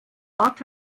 ort